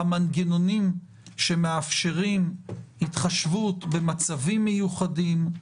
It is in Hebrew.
שהמנגנונים שמאפשרים התחשבות במצבים מיוחדים,